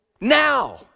now